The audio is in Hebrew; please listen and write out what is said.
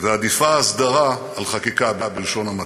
ועדיפה הסדרה על חקיקה, בלשון המעטה.